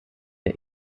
der